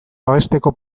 babesteko